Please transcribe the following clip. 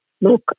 look